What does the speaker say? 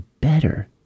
better